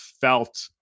felt